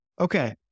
Okay